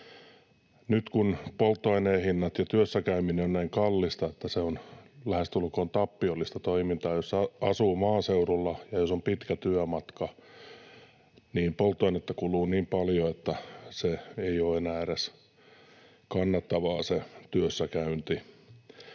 Nyt, kun polttoaineen hinnat ja työssä käyminen ovat näin kalliita, niin se on lähestulkoon tappiollista toimintaa. Jos asuu maaseudulla ja jos on pitkä työmatka, niin polttoainetta kuluu niin paljon, että se työssäkäynti ei ole enää edes kannattavaa. Näitten